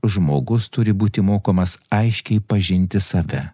žmogus turi būti mokomas aiškiai pažinti save